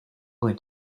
going